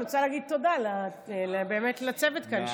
אני רוצה באמת להגיד תודה לצוות כאן,